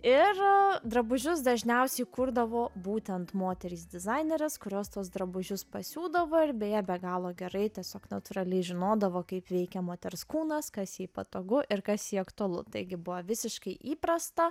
ir drabužius dažniausiai kurdavo būtent moterys dizainerės kurios tuos drabužius pasiūdavo ir beje be galo gerai tiesiog natūraliai žinodavo kaip veikia moters kūnas kas jai patogu ir kas jai aktualu taigi buvo visiškai įprasta